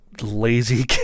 lazy